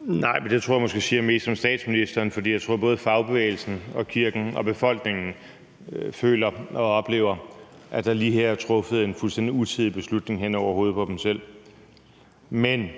(DF): Men det tror jeg måske siger mest om statsministeren, for jeg tror, at både fagbevægelsen og kirken og befolkningen føler og oplever, at der lige her er truffet en fuldstændig utidig beslutning hen over hovedet på dem. I forhold til